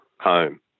home